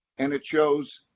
and it shows